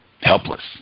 helpless